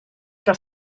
que